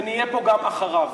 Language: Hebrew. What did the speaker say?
ונהיה פה גם אחריו.